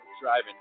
driving